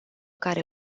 care